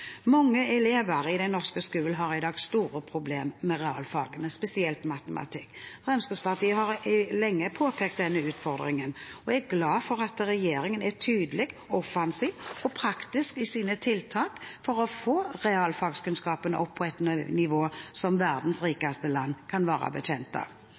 Mange elever i den norske skolen har i dag store problemer med realfagene, spesielt matematikk. Fremskrittspartiet har lenge påpekt denne utfordringen og er glad for at regjeringen er tydelig, offensiv og praktisk i sine tiltak for å få realfagskunnskapene opp på et nivå som verdens rikeste land kan være bekjent av.